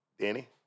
Danny